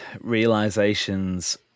realizations